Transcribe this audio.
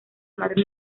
madre